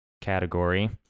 category